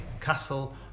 Castle